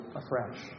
afresh